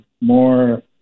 more